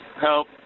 help